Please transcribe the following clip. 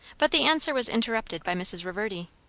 but the answer was interrupted by mrs. reverdy.